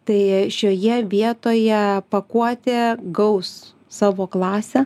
tai šioje vietoje pakuotė gaus savo klasę